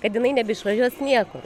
kad jinai nebeišvažiuos niekur